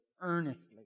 earnestly